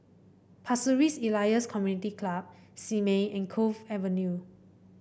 Pasir Ris Elias Community Club Simei and Cove Avenue